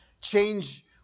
Change